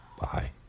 Bye